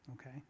okay